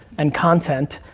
and content,